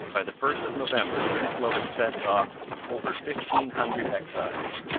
by the first of november winslow had sent off over fifteen hundred exiles.